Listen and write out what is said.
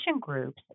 groups